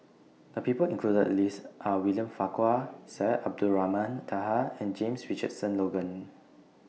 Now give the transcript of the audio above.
The People included in The list Are William Farquhar Syed Abdulrahman Taha and James Richardson Logan